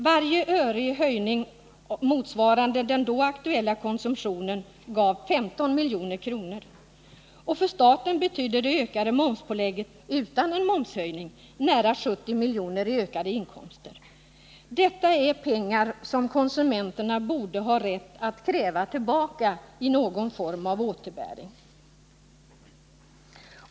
Varje öre i höjning på mjölken motsvarade på den aktuella konsumtionen 15 milj.kr. För staten betydde det ökade momspålägget — utan momshöjning — nära 70 miljoner i ökade inkomster. Detta är pengar som konsumenterna borde ha rätt att kräva tillbaka i någon form av återbäring.